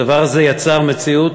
הדבר הזה יצר מציאות